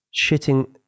Shitting